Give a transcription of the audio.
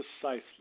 precisely